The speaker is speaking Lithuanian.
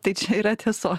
tai čia yra tieso